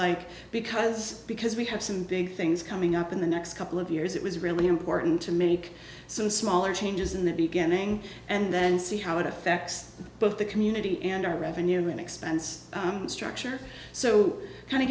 like because because we have some big things coming up in the next couple of years it was really important to make some smaller changes in the beginning and then see how it affects both the community and our revenue and expense structure so kind of